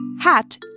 hat